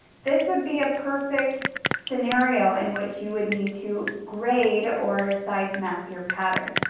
this would be a perfect scenario in which you would need to grade or size map your pattern.